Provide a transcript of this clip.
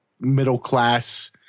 middle-class